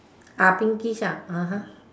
uh pinkish ah (uh huh)